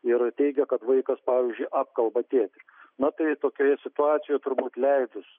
ir teigia kad vaikas pavyzdžiui apkalba tėtį na tai tokioje situacijoje turbūt leidus